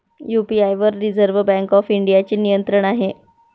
UPI वर reserve bank of इंडियाचे नियंत्रण आहे